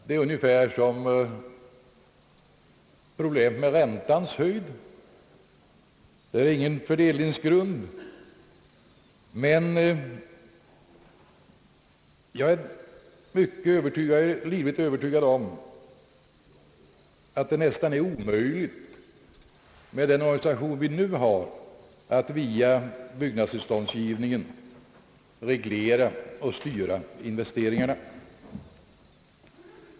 Det är ungefär samma problem som med räntans höjd. Det finns ingen fördelningsgrund. Jag är emellertid livligt övertygad om att det med den organisation som vi nu har är nästan omöjligt att via byggnadstillståndsgivningen reglera och styra investeringarna.